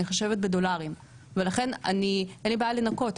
אני חושבת בדולרים ולכן אין לי בעיה לנקות.